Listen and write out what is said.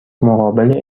مقابل